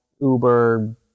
uber